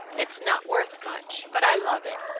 it's not worth much, but i love it.